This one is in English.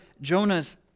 Jonah's